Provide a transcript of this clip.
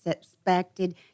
suspected